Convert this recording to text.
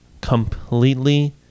completely